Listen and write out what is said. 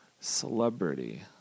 celebrity